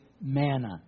manna